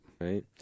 Right